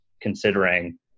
considering